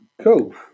cool